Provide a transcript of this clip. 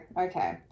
Okay